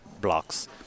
blocks